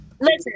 Listen